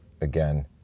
again